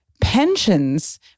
pensions